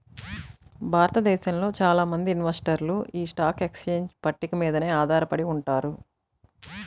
భారతదేశంలో చాలా మంది ఇన్వెస్టర్లు యీ స్టాక్ ఎక్స్చేంజ్ పట్టిక మీదనే ఆధారపడి ఉంటారు